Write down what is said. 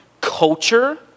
culture